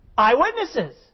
eyewitnesses